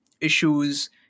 issues